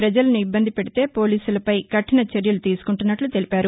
పజలను ఇబ్బంది పెడితే పోలీసులపై చర్యలు తీసుకుంటున్నట్లు తెలిపారు